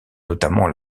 notamment